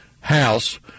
House